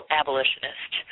abolitionist